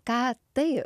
ką tai